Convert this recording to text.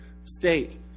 state